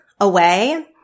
away